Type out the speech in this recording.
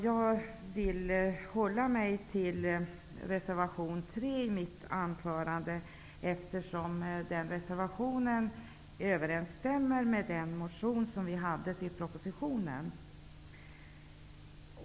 Jag håller mig till reservation 3 i mitt anförande, eftersom den reservationen överensstämmer med den motion som väckts med anledning av propositionen.